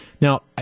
Now